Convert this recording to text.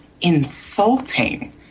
insulting